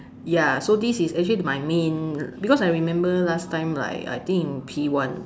ya so this is actually my main because I remember last time like I think in P one